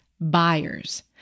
buyers